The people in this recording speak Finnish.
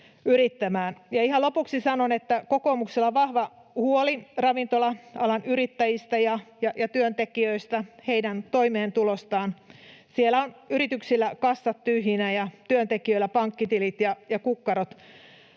lopuksi sanon, että kokoomuksella on vahva huoli ravintola-alan yrittäjistä ja työntekijöistä, heidän toimeentulostaan. Siellä on yrityksillä kassat tyhjinä ja työntekijöillä pankkitilit ja kukkarot